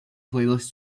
playlist